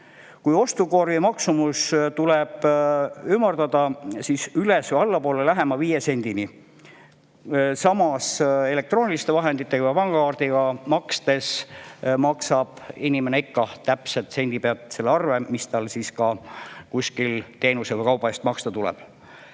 Ostukorvi maksumus tuleb ümardada üles- või allapoole lähema viie sendini. Samas, elektrooniliste vahenditega ja pangakaardiga makstes maksab inimene ikka täpselt sendi pealt selle arve, mis tal kuskil teenuse või kauba eest maksta tuleb.